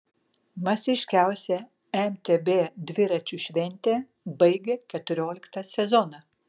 masiškiausia mtb dviračių šventė baigia keturioliktą sezoną